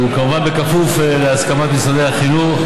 וכמובן בכפוף להסכמת משרדי החינוך,